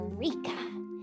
Eureka